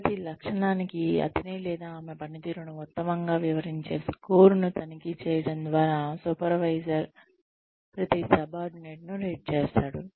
ప్రతి లక్షణానికి అతని లేదా ఆమె పనితీరును ఉత్తమంగా వివరించే స్కోర్ను తనిఖీ చేయడం ద్వారా సూపర్వైజర్ ప్రతి సబార్డినేట్ను రేట్ చేస్తాడు